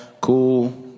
cool